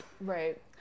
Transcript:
right